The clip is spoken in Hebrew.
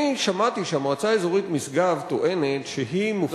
שמעתי שהמועצה האזורית משגב טוענת שהיא מופקדת על הקרקע,